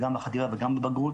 גם בחטיבה וגם בבגרות,